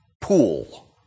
pool